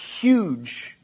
huge